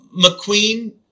McQueen